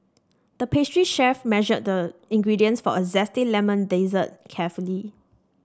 the pastry chef measured the ingredients for a zesty lemon dessert carefully